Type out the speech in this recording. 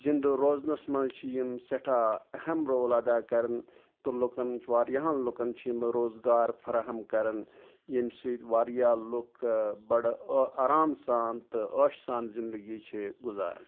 زِندٕ روزنَس منٛز چھِ یِم سٮ۪ٹھاہ اہم رول اَدا کَرَان تہٕ لُکَن واریَہن لُکَن چھِ یِم روزگار فراہَم کَرَان ییٚمہِ سۭتۍ واریاہ لُکھ بَڑٕ آرام سان تہٕ ٲشہِ سان زندٕگی چھِ گُزارَان